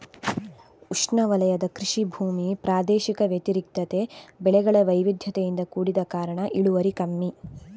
ಉಷ್ಣವಲಯದ ಕೃಷಿ ಭೂಮಿ ಪ್ರಾದೇಶಿಕ ವ್ಯತಿರಿಕ್ತತೆ, ಬೆಳೆಗಳ ವೈವಿಧ್ಯತೆಯಿಂದ ಕೂಡಿದ ಕಾರಣ ಇಳುವರಿ ಕಮ್ಮಿ